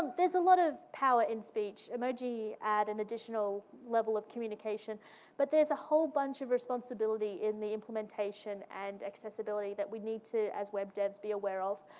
there's a lot of power in speech. emoji add an additional level of communication but there's a whole bunch of responsibility in the implementation and accessibility that we need to as web devs, be aware of.